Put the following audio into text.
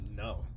No